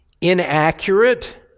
inaccurate